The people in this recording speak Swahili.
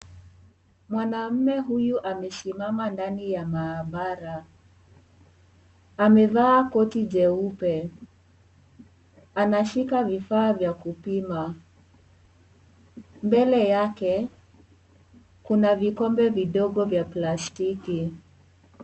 Mwanaume huyu amesimama Ndani ya maabara, amevaa koti jeupe, anashika vifaa vya kupima, mbele yake Kuna vikombe vindogo vya plastiki.